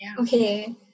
Okay